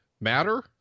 matter